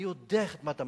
אני יודע מה אתה מרגיש.